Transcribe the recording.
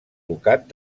ducat